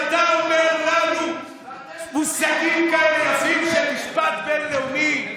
ואתה אומר לנו מושגים כאלה יפים של משפט בין-לאומי?